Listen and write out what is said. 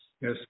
Yes